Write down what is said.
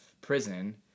prison